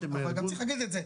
אבל גם צריך להגיד את זה.